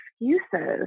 excuses